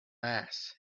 mass